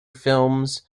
films